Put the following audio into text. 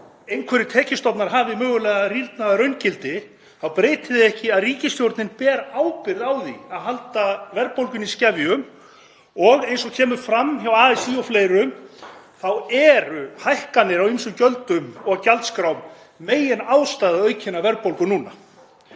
einhverjir tekjustofnar hafi mögulega rýrnað að raungildi þá breytir það því ekki að ríkisstjórnin ber ábyrgð á að halda verðbólgunni í skefjum. Eins og kemur fram hjá ASÍ og fleirum þá eru hækkanir á ýmsum gjöldum og gjaldskrám meginástæða aukinnar verðbólgu núna.